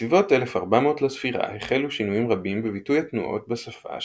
בסביבות 1400 לספירה החלו שינויים רבים בביטוי התנועות בשפה,